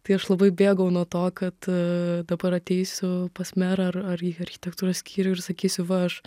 tai aš labai bėgau nuo to kad dabar ateisiu pas merą ar ar į architektūros skyrių ir sakysiu va aš